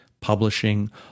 publishing